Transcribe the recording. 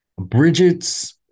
Bridget's